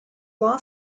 law